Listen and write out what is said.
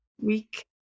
week